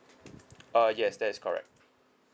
uh yes that is correct